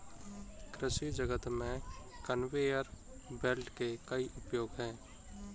कृषि जगत में कन्वेयर बेल्ट के कई उपयोग हैं